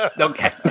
Okay